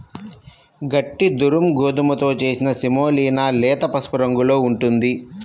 గట్టి దురుమ్ గోధుమతో చేసిన సెమోలినా లేత పసుపు రంగులో ఉంటుంది